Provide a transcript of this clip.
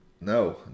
No